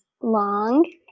long